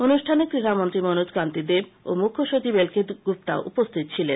অনুষ্ঠানে ক্রীডামন্ত্রী মনোজকান্তি দেব ও মুখ্যসচিব এল কে গুপ্তা উপস্থিত ছিলেন